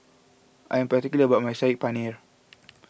I am particular about my Saag Paneer